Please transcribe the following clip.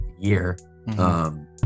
year